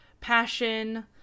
passion